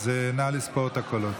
אז נא לספור את הקולות.